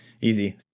easy